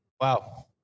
wow